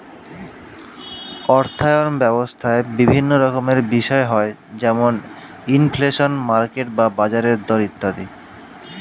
অর্থায়ন ব্যবস্থায় বিভিন্ন রকমের বিষয় হয় যেমন ইনফ্লেশন, মার্কেট বা বাজারের দর ইত্যাদি